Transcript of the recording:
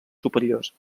superiors